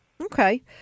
Okay